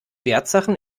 wertsachen